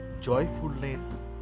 joyfulness